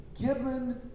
given